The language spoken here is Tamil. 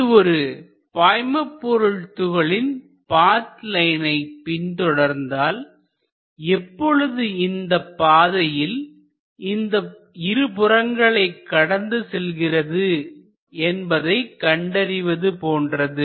இது ஒரு பாய்மபொருள் துகளின் பாத் லைனை பின் தொடர்ந்தால் எப்பொழுது இந்தப் பாதையில் இந்த இருபுறங்களை கடந்து செல்கிறது என்பதை கண்டறிவது போன்றது